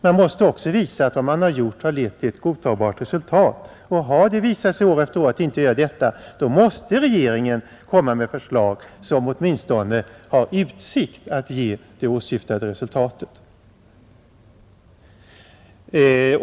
Man måste också visa att vad man gjort har lett till ett godtagbart resultat. Och har det visat sig år efter år att det inte gör det, måste regeringen komma med förslag som åtminstone har utsikt att ge det åsyftade resultatet.